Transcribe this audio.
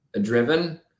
driven